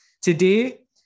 Today